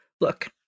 Look